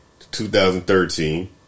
2013